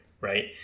right